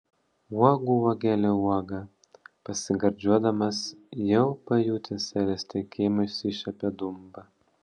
uogų uogelių uoga pasigardžiuodamas jau pajutęs seilės tekėjimą išsišiepė dumba